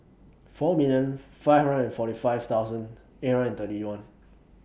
four million five hundred and forty five thousand eight hundred and thirty one